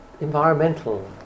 environmental